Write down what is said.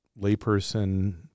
layperson